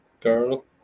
girl